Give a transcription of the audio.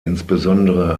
insbesondere